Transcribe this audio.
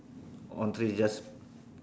on tree just